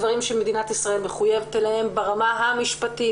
הדברים שמדינת ישראל מחויבת אליהם ברמה המשפטית,